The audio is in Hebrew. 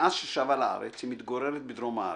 מאז ששבה לארץ היא מתגוררת בדרום הארץ.